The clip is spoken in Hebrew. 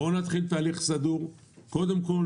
בואו נתחיל תהליך סדור שבו קודם כול